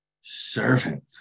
servant